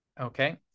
Okay